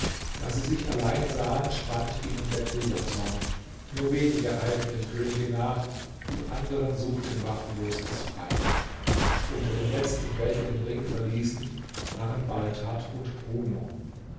da sie sich allein sahen schwand ihnen der kriegerzorn nur wenige eilten dem könige nach die anderen suchten waffenlos das freie unter den letzten welche den ring verließen waren baldhard und bruno